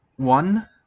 One